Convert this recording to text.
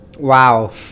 Wow